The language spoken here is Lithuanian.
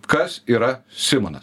kas yra simonas